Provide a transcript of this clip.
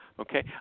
Okay